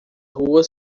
rua